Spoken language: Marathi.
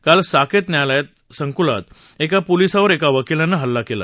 काल साकेत न्यायालयीन संकुलात एका पोलिसावर एका वकिलानं हल्ला केला